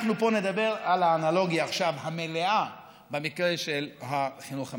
אנחנו נדבר פה על האנלוגיה המלאה במקרה של החינוך המיוחד.